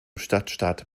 stadtstaat